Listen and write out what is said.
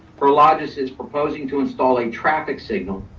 prologis is proposing to install a traffic signal.